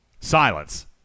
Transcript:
Silence